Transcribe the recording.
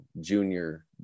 junior